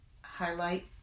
highlight